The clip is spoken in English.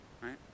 Right